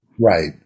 Right